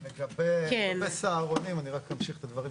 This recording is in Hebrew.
לגבי סהרונים, רק אמשיך את הדברים.